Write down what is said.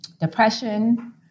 depression